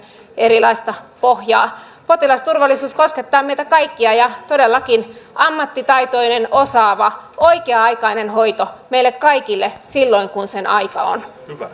erilaista pohjaa potilasturvallisuus koskettaa meitä kaikkia ja todellakin ammattitaitoinen osaava oikea aikainen hoito meille kaikille silloin kun sen aika on